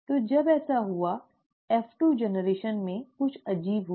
तो जब ऐसा हुआ F2 पीढ़ी में कुछ अजीब हुआ